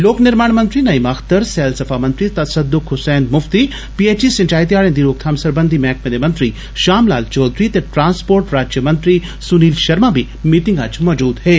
लोक निर्माण मंत्री नईम अख्तर सैलसफा मंत्री तसहुक हुसैन मुफ्ती च्म सिंचाई ते हाडे दी रोकथाम सरबंधी मैहकमे दे मंत्री षाम लाल चौधरी ते ट्रांसपोर्ट राज्यमंत्री सुनील षर्मा बी मीटिंगै च मौजूद हे